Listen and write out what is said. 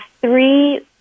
three